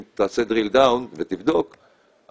אם תעשה דרילדאון ותבדוק,